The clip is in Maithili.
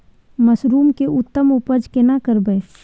मसरूम के उत्तम उपज केना करबै?